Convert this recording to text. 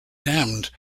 damned